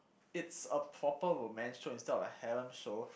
it's a proper romance show instead of a show